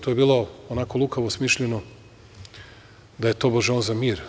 To je bilo onako lukavo smišljeno, da je tobože on za mir.